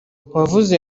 wavuze